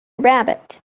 rabbit